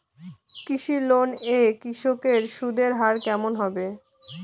কৃষি লোন এ কৃষকদের সুদের হার কেমন হবে?